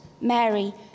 Mary